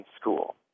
school